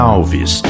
Alves